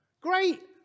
Great